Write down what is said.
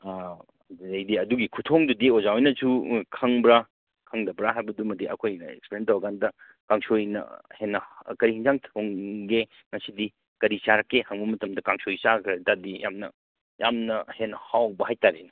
ꯑꯥ ꯑꯗꯨꯗꯩꯗꯤ ꯑꯗꯨꯒꯤ ꯈꯨꯊꯣꯡꯗꯨꯗꯤ ꯑꯣꯖꯥ ꯍꯣꯏꯅꯁꯨ ꯈꯪꯕ꯭ꯔꯥ ꯈꯪꯗꯕ꯭ꯔꯥ ꯍꯥꯏꯕꯗꯨꯃꯗꯤ ꯑꯩꯈꯣꯏꯅ ꯑꯦꯛꯁꯄ꯭ꯂꯦꯟ ꯇꯧꯔ ꯀꯥꯟꯗ ꯀꯥꯡꯁꯣꯏꯅ ꯍꯦꯟꯅ ꯀꯩ ꯍꯦꯟꯖꯥꯡ ꯊꯣꯡꯒꯦ ꯉꯁꯤꯗꯤ ꯀꯔꯤ ꯆꯥꯔꯛꯀꯦ ꯍꯪꯕ ꯃꯇꯝꯗ ꯀꯥꯡꯁꯣꯏ ꯆꯥꯒ꯭ꯔꯦ ꯍꯥꯏ ꯇꯥꯔꯗꯤ ꯌꯥꯝꯅ ꯌꯥꯝꯅ ꯍꯦꯟꯅ ꯍꯥꯎꯕ ꯍꯥꯏ ꯇꯥꯔꯦꯅꯦ